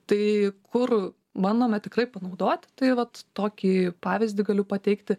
tai kur bandome tikrai panaudoti tai vat tokį pavyzdį galiu pateikti